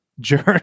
journey